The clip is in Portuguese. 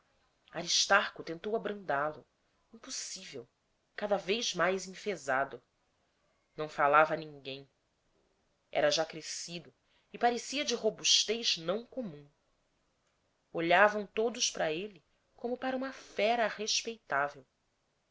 aristarco tentou abrandá lo impossível cada vez mais enfezado não falava a ninguém era já crescido e parecia de robustez não comum olhavam todos para ele como para uma fera respeitável